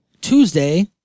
Tuesday